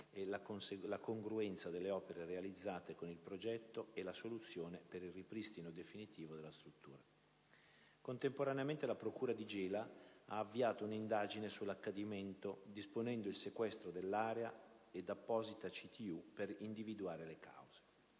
la congruenza delle opere realizzate con il progetto e la soluzione per il ripristino definitivo della struttura. Contemporaneamente, la procura di Gela ha avviato un'indagine sull'accadimento, disponendo il sequestro dell'area ed apposita CTU per individuare le cause.